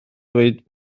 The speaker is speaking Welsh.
dweud